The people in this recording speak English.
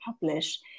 publish